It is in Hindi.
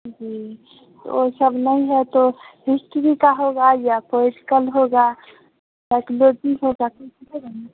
जी तो वो सब नहीं है तो हिस्ट्री का होगा या पोएटिकल होगा साइक्लॉजी होगा